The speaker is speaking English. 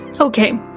okay